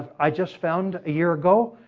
i just found, a year ago,